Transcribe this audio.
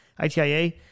ITIA